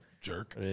Jerk